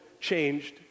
changed